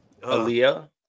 Aaliyah